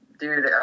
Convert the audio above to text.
Dude